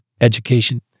education